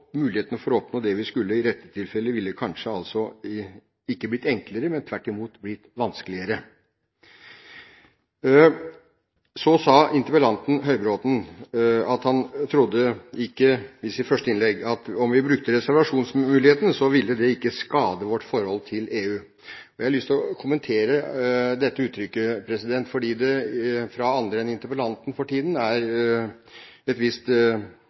for å oppnå det vi skulle, ville i dette tilfellet kanskje ikke blitt enklere, men tvert imot vanskeligere. Så sa interpellanten Høybråten i sitt første innlegg at om vi brukte reservasjonsmuligheten, ville det ikke skade vårt forhold til EU. Jeg har lyst til å kommentere dette uttrykket, fordi det fra andre enn interpellanten for tiden er